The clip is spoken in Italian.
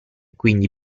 quindi